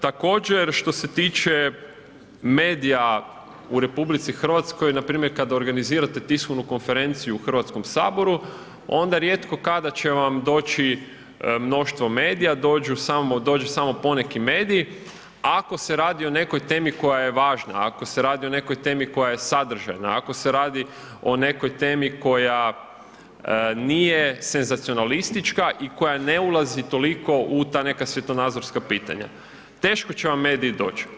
Također, što se tiče medija u RH, npr. kad organizirate tiskovnu konferenciju u Hrvatskom saboru, onda rijetko kada će vam doći mnoštvo medija, dođe samo poneki medij, ako se radi o nekoj temi koja je važna, ako se radi o nekoj temi koja je sadržajna, ako se radi o nekoj temi koja nije senzacionalistička i koja ne ulazi toliko u ta neka svjetonazorska pitanja, teško će vam mediji doći.